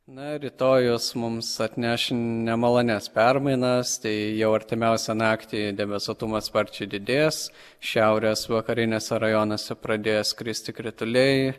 na rytojus mums atneš nemalonias permainas tai jau artimiausią naktį debesuotumas sparčiai didės šiaurės vakariniuose rajonuose pradės kristi krituliai